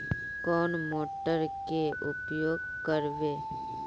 कौन मोटर के उपयोग करवे?